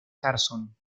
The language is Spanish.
carson